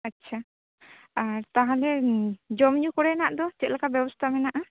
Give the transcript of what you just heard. ᱟᱪᱪᱷᱟ ᱟᱨ ᱛᱟᱦᱚᱞᱮ ᱡᱚᱢ ᱧᱩ ᱠᱚᱨᱮᱱᱟᱜ ᱫᱚ ᱪᱮᱫ ᱞᱮᱠᱟ ᱵᱮᱵᱚᱛᱷᱟ ᱢᱮᱱᱟᱜᱼᱟ